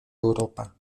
europa